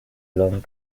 long